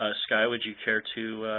ah sky would you care to